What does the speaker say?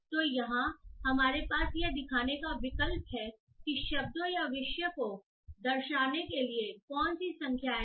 तो यहां हमारे पास यह दिखाने का विकल्प है कि शब्दों या विषय को दर्शाने के लिए कौन सी संख्याएँ हैं